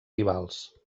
rivals